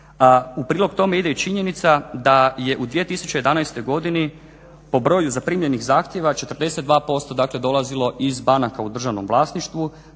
U prilog tome ide i činjenica da je u 2011. godini po broju zaprimljenih zahtjeva 42% dakle dolazilo iz banaka u državnom vlasništvu